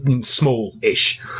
small-ish